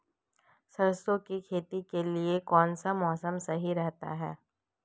सरसों की खेती करने के लिए कौनसा मौसम सही रहता है?